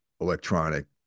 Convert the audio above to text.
electronic